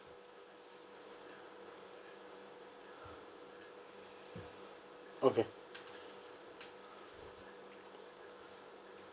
okay